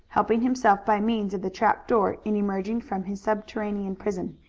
helping himself by means of the trap-door in emerging from his subterranean prison.